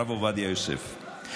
של הרב עובדיה יוסף,